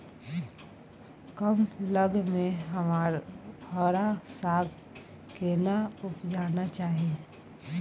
कम लग में हरा साग केना उपजाना चाही?